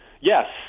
Yes